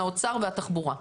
האוצר והתחבורה.